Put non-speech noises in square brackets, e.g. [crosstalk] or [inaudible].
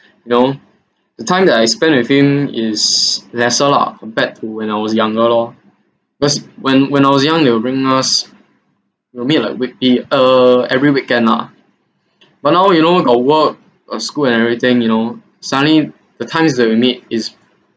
[breath] you know the time that I spent with him is lesser lah compared to when I was younger lor because when when I was young he will bring us normally like weekly uh every weekend ah [breath] but now you know got work got school and everything you know suddenly the times that we meet is